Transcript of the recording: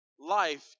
Life